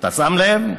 אתה שם לב?